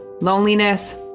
loneliness